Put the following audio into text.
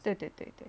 对对对对